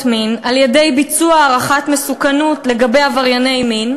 מין על-ידי ביצוע הערכת מסוכנות לעברייני מין,